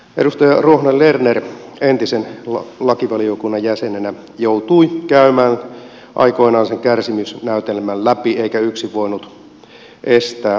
edustaja ruohonen lerner entisen lakivaliokunnan jäsenenä joutui käymään aikoinaan sen kärsimysnäytelmän läpi eikä yksin voinut estää muuntorangaistuksen poistoa